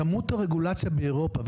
כמות הרגולציה באירופה,